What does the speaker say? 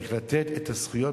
צריך לתת את הזכויות,